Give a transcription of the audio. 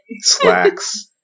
slacks